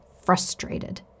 frustrated